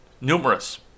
numerous